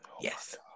Yes